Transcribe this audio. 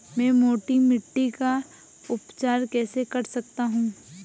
मैं मोटी मिट्टी का उपचार कैसे कर सकता हूँ?